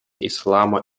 ислама